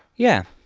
yeah.